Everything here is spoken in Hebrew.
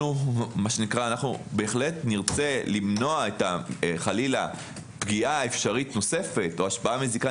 אנחנו בהחלט נרצה למנוע חלילה פגיעה אפשרית נוספת או השפעה מזיקה